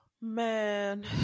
Man